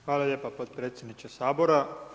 Hvala lijepa potpredsjedniče Sabora.